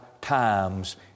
times